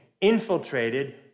infiltrated